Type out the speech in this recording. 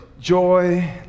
joy